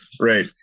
Right